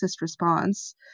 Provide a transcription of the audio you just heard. response